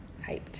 hyped